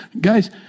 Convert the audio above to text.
Guys